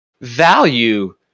value